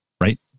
right